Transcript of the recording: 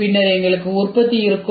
பின்னர் எங்களுக்கு உற்பத்தி இருக்கும்